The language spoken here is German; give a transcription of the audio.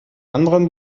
anderen